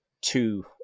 two